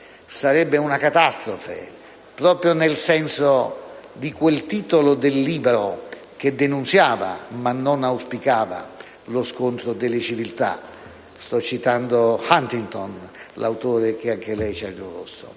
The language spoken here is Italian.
sarebbe una catastrofe, proprio nel senso del titolo di quel libro che denunziava, ma non auspicava, lo scontro delle civiltà. Sto citando Huntington, l'autore che anche lei, onorevole